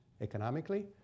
economically